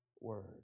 word